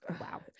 Wow